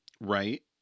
right